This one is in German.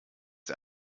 der